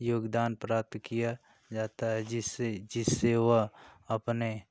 योगदान प्राप्त किया जाता है जिससे जिससे वह अपने